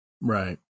right